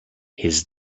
his